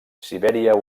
sibèria